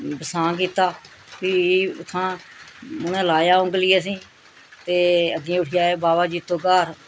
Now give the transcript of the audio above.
बसां कीता फ्ही उत्थुआं उनें लाया उंगली असेंगी ते अग्गें उठी आए बाबा जित्तो ग्हार